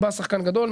בא שחקן גדול,